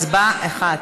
הצבעה אחת.